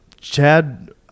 chad